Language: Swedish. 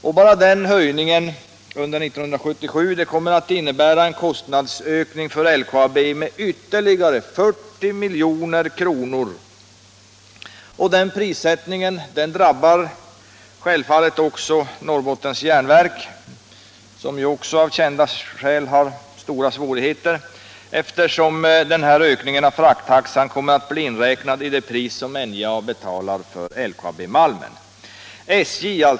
Enbart en sådan höjning kommer att innebära en kostnadsökning för LKAB med ytterligare 40 milj.kr. under 1977. Den prisökningen drabbar självfallet också NJA, som ju av kända skäl också har svårigheter, eftersom den ökningen av frakttaxan kommer att bli inräknad i det pris som NJA betalar för LKAB-malmen.